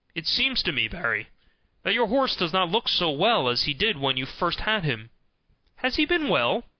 it seems to me, barry, that your horse does not look so well as he did when you first had him has he been well?